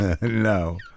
No